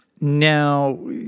Now